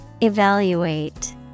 Evaluate